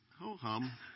ho-hum